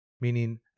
meaning